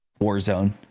Warzone